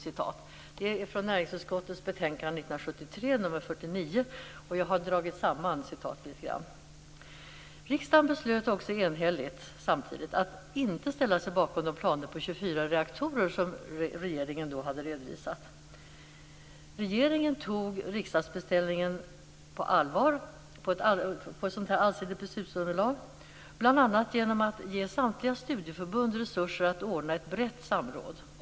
Citatet är hämtat ur näringsutskottets betänkande NU 1973:49. Riksdagen beslöt samtidigt enhälligt att inte ställa sig bakom de planer på 24 reaktorer som regeringen hade redovisat. Regeringen tog riksdagsbeställningen utifrån ett allsidigt beslutsunderlag, bl.a. genom att ge samtliga studieförbund resurser att ordna ett brett samråd.